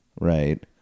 Right